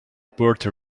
puerto